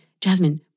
Jasmine